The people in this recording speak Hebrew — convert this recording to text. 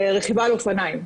רכיבה על אופניים,